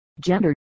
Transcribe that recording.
gender